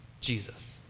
Jesus